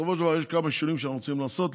בסופו של דבר יש כמה שינויים שאנחנו רוצים לעשות.